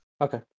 Okay